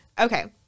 okay